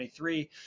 23